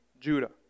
Judah